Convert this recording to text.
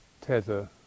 tether